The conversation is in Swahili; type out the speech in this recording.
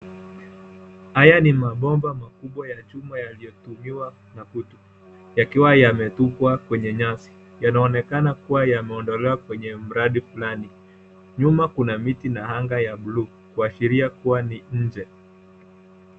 Haya ni mabomba makubwa ya chuma yaliyotumiwa yakiwa yametupwa kwenye nyasi. Yanaonekana kuwa yameondolewa kwenye mradi fulani. Nyuma kuna miti na anga ya buluu kuashiria kuwa ni nje.